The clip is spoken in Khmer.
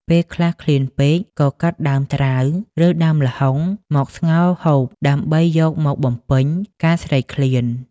ពេលខ្លះឃ្លានពេកក៏កាត់ដើមត្រាវ ឬដើមល្ហុងមកស្ងោរហូប ដើម្បីយកមកបំពេញការស្រែកឃ្លាន។